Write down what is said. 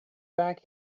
back